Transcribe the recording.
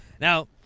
Now